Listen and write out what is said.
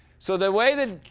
so the way that,